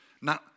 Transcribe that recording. Now